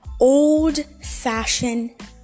old-fashioned